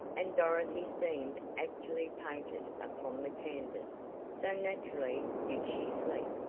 and dorothy seemed actually painted upon the canvas, so naturally did she sleep.